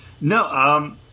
No